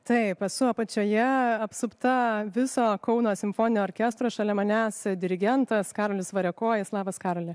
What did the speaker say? taip esu apačioje apsupta viso kauno simfoninio orkestro šalia manęs dirigentas karolis variakojis labas karoli